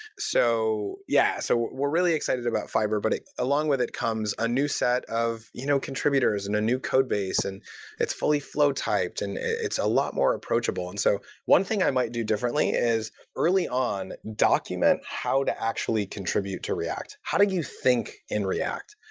so yeah, so we're really excited about fiber, but along with it comes a new set of you know contributors, and a new codebase, and it's fully flow typed, and it's a lot more approachable. and so one thing i might do differently is, early on, document how to actually contribute to react. how did you think in react?